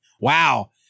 Wow